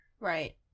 Right